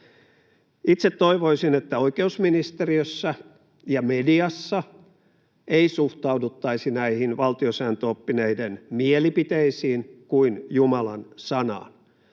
Itse toivoisin, että oikeusministeriössä ja mediassa ei suhtauduttaisi näihin valtiosääntöoppineiden mielipiteisiin kuin jumalansanaan.